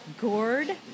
gourd